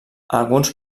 alguns